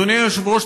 אדוני היושב-ראש,